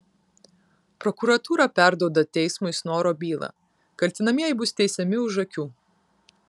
prokuratūra perduoda teismui snoro bylą kaltinamieji bus teisiami už akių